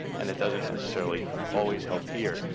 and it doesn't necessarily always help here.